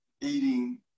eating